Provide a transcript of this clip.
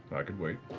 i could wait.